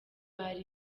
ari